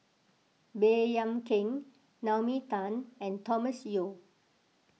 Baey Yam Keng Naomi Tan and Thomas Yeo